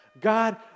God